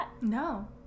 No